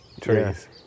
trees